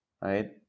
right